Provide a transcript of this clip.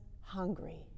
hungry